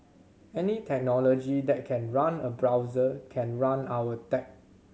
any technology that can run a browser can run our tech